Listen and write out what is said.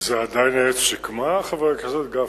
זה עדיין עץ השקמה, חבר הכנסת גפני?